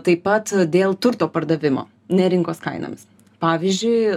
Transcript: taip pat dėl turto pardavimo ne rinkos kainomis pavyzdžiui